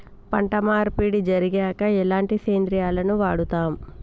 పంట మార్పిడి జరిగాక ఎలాంటి సేంద్రియాలను వాడుతం?